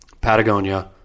Patagonia